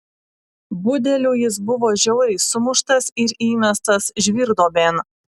budelių jis buvo žiauriai sumuštas ir įmestas žvyrduobėn